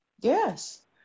Yes